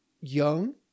young